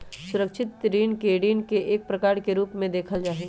सुरक्षित ऋण के ऋण के एक प्रकार के रूप में देखल जा हई